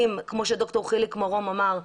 כמו שד"ר חיליק מרום אמר,